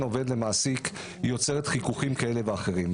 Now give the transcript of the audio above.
עובד למעסיק יוצרת חיכוכים כאלה ואחרים.